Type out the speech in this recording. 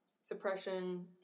suppression